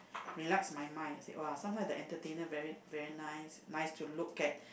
relax my mind I said !wah! sometimes the entertainer very very nice nice to look at